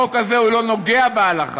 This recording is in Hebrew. החוק הזה לא נוגע בהלכה,